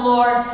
Lord